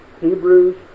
Hebrews